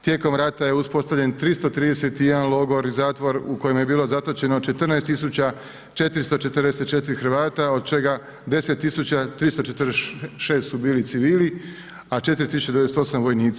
Tijekom rata je uspostavljen 331 logor i zatvor u kojem je bilo zatočeno 14 444 Hrvata, od čega 10 346 su bili civili, a 4 098 vojnici.